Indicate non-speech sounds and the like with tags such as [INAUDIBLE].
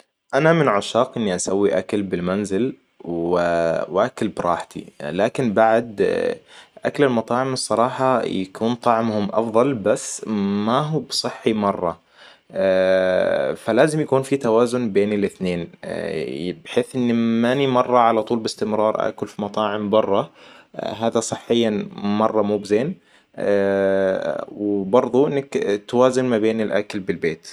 أنا من عشاق إني أسوي أكل بالمنزل واكل براحتي لكن بعد أكل المطاعم الصراحة يكون طعمهم أفضل بس ما هو بصحي مرة [HESITATION] فلازم يكون في توازن بين الاتنين بحيث إن ماني مرة على طول بإستمرار اكل في مطاعم برا. هذا صحياً مرة مو بزين. وبرضو إنك توازن ما بين الأكل بالبيت